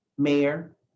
Mayor